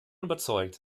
überzeugt